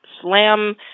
slam